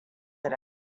today